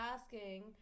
asking